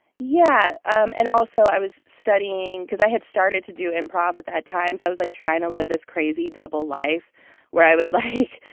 yeah. um and also, i was studying because i had started to do improv at that time, so i was, like, trying to live this crazy double life where i would, like,